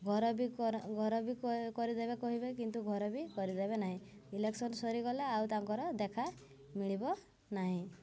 ଘର ବି ଘର ବି କରିଦେବେ କହିବେ କିନ୍ତୁ ଘର ବି କରିଦେବେ ନାହିଁ ଇଲେକ୍ସନ୍ ସରିଗଲେ ଆଉ ତାଙ୍କର ଦେଖା ମିଳିବ ନାହିଁ